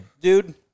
Dude